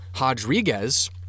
Rodriguez